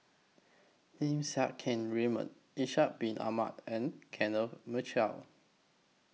Lim Siang Keat Raymond Ishak Bin Ahmad and Kenneth Mitchell